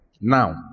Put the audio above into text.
now